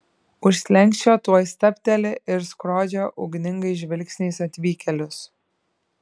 už slenksčio tuoj stabteli ir skrodžia ugningais žvilgsniais atvykėlius